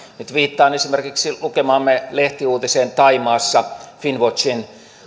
nyt viittaan esimerkiksi lukemaamme lehtiuutiseen thaimaassa finnwatchin